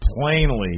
plainly